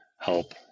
help